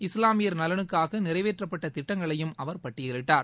இஸ்லாமியர் நலனுக்காக நிறைவேற்றப்பட்ட திட்டங்களையும் அவர் பட்டியலிட்டார்